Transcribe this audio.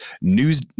news